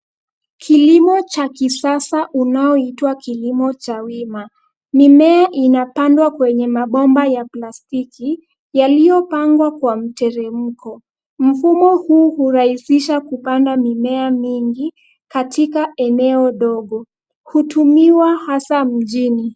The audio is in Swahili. Kilimo cha kisasa unaoitwa kilimo cha wima, mimea inapandwa kwenye mabomba ya plastiki yaliyopangwa kwa mteremko. Mfumo huu hurahisisha kupanda mimea mingi katika eneo dogo, hutumiwa hasa mjini.